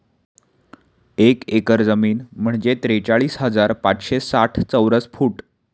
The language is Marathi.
एक एकर जमीन म्हणजे त्रेचाळीस हजार पाचशे साठ चौरस फूट